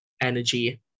energy